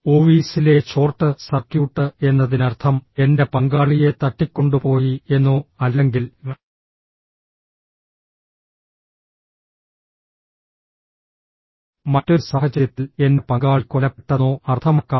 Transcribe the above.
ഓഫീസിലെ short circuit എന്നതിനർത്ഥം എന്റെ പങ്കാളിയെ തട്ടിക്കൊണ്ടുപോയി എന്നോ അല്ലെങ്കിൽ മറ്റൊരു സാഹചര്യത്തിൽ എന്റെ പങ്കാളി കൊല്ലപ്പെട്ടെന്നോ അർത്ഥമാക്കാം